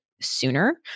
sooner